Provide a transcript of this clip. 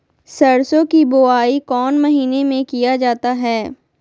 सरसो की बोआई कौन महीने में किया जाता है?